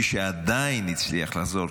מי שעדיין הצליח לחזור,